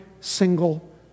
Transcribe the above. single